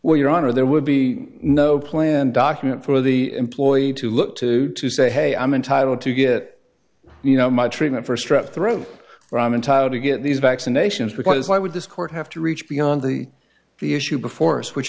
well your honor there would be no plan document for the employee to look to to say hey i'm entitled to get you know my treatment for strep throat and tired to get these vaccinations because why would this court have to reach beyond the the issue before us which